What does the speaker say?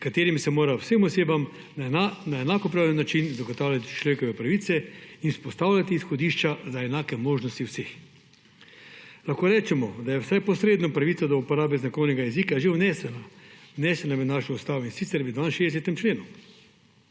s katerim se mora vsem osebam na enakopravne način zagotavljati človekove pravice in vzpostavljati izhodišča za enake možnosti vseh. Lahko rečemo, da je vsaj posredno pravica do uporabe znakovnega jezika že vnesena v našo ustavo, in sicer v 62. členu.